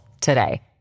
today